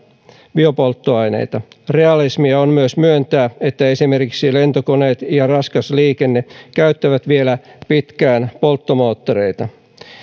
biopolttoaineita realismia on myöntää että esimerkiksi lentokoneet ja raskas liikenne käyttävät vielä pitkään polttomoottoreita